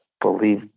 believe